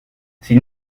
s’il